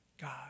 God